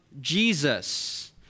Jesus